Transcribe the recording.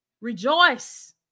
rejoice